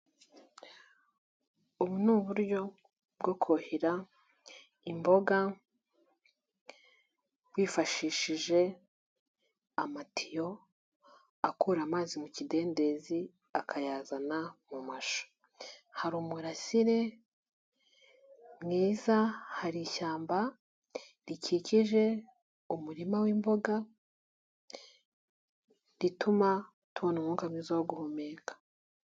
Ubu ni uburyo bwo kuhira imboga wifashishije amatiyo akura amazi mu kidendezi akayazana mu mashu. Hari umurasire mwiza, hari ishyamba rikikije umurima w'imboga rituma tubona umwuka mwiza wo guhumeka.